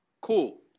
Cool